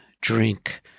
drink